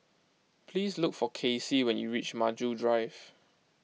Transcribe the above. please look for Kacy when you reach Maju Drive